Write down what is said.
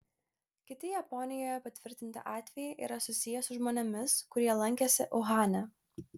kiti japonijoje patvirtinti atvejai yra susiję su žmonėmis kurie lankėsi uhane